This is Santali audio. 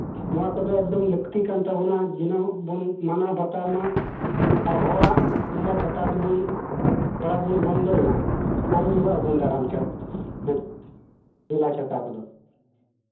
ᱱᱚᱣᱟ ᱠᱚᱫᱚ ᱮᱠᱫᱚᱢ ᱞᱟᱹᱠᱛᱤ ᱠᱟᱱ ᱛᱟᱵᱚᱱᱟ ᱫᱤᱱᱟᱹᱢ ᱵᱚᱱ ᱢᱟᱱᱟᱣ ᱵᱟᱛᱟᱣ ᱢᱟ ᱦᱚᱲᱟᱜ ᱢᱮᱞᱟ ᱪᱷᱟᱛᱟ ᱫᱚᱵᱚᱱ ᱪᱟᱞᱟᱜ ᱵᱚᱱ ᱵᱚᱱᱫᱚᱭ ᱢᱟ ᱠᱚᱢ ᱧᱚᱜᱟᱜ ᱵᱚᱱ ᱫᱟᱬᱟᱱ ᱢᱮᱞᱟ ᱪᱷᱟᱛᱟ ᱠᱚᱫᱚ